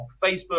Facebook